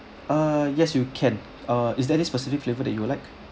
uh yes you can uh is there any specific flavor that you would like